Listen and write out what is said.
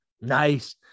Nice